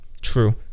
true